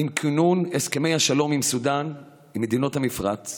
עם כינון הסכמי השלום עם סודאן ומדינות המפרץ,